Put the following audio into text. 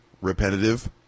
repetitive